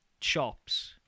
shops